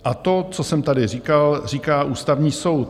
A to, co jsem tady říkal, říká Ústavní soud.